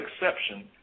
exception